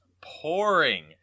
pouring